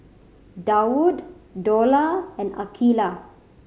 Daud Dollah and Aqeelah